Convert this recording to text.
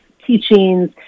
teachings